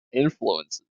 influences